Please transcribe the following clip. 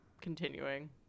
continuing